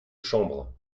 chambre